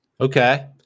Okay